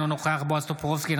אינו נוכח בועז טופורובסקי,